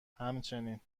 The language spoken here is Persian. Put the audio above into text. همچنین